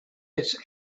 its